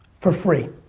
for free.